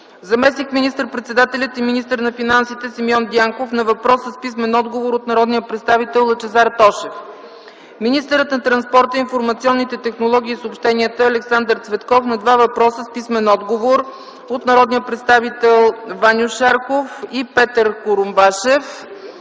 Заместник - председателят и министър на финансите Симеон Дянков на въпрос и писмен отговор от народния представител Лъчезар Тошев. Министърът на транспорта, информационните технологии и съобщенията Александър Цветков на два въпроса с писмен отговор от народните представители Ваньо Шарков и Петър Курумбашев.